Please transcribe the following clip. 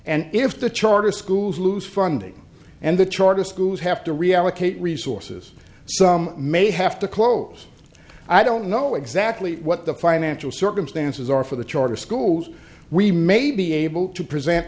and if the charter schools lose funding and the charter schools have to reallocate resources some may have to close i don't know exactly what the financial circumstances are for the charter schools we may be able to present